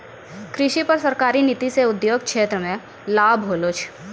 कृषि पर सरकारी नीति से उद्योग क्षेत्र मे लाभ होलो छै